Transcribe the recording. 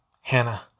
Hannah